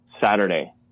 Saturday